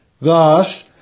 Thus